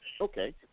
Okay